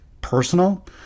personal